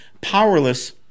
powerless